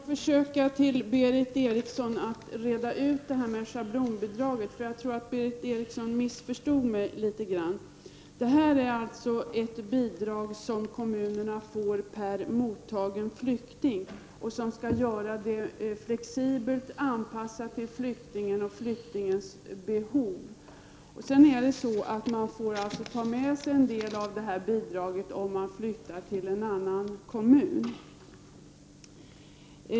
Herr talman! Jag skall försöka att reda ut det här med schablonbidraget för Berith Eriksson. Jag tror nämligen att Berith Eriksson missförstod mig. Det är ett bidrag som kommunerna får per mottagen flykting och som skall göra mottagandet flexibelt anpassat till flyktingen och flyktingens behov. Om man flyttar till en annan kommun får man ta med sig en del av det bidraget.